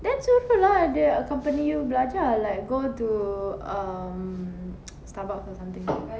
then jumpa lah dia accompany you belajar like go to err Starbucks or something